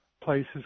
places